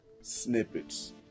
snippets